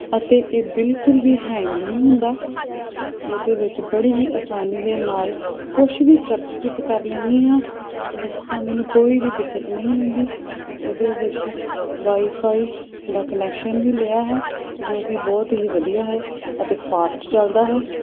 ਅਤੇ ਇਹ ਬਿਲਕੁਲ ਵੀ ਹੈਂਗ ਨਹੀਂ ਹੁੰਦਾ ਇਹਦੇ ਵਿੱਚ ਬੜੀ ਹੀ ਆਸਾਨੀ ਦੇ ਨਾਲ਼ ਕੁਛ ਵੀ ਸਰਚ ਕਿਤ ਕਰ ਲੈਂਦੀ ਹਾਂ ਜਿਸ ਤਰ੍ਹਾਂ ਮੈਨੂੰ ਕੋਈ ਵੀ ਦਿੱਕਤ ਨਹੀਂ ਹੁੰਦੀ ਇਹਦੇ ਵਿੱਚ ਵਾਈਫਾਈ ਦਾ ਕਨੈਕਸ਼ਨ ਵੀ ਲਿਆ ਹੈ ਜੋ ਕਿ ਬਹੁਤ ਹੀ ਵਧੀਆ ਹੈ ਅਤੇ ਫਾਸਟ ਚੱਲਦਾ ਹੈ